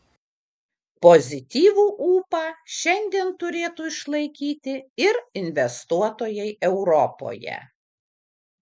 pozityvų ūpą šiandien turėtų išlaikyti ir investuotojai europoje